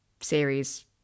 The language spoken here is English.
series